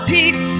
Peace